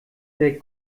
der